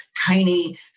tiny